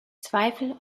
zweifel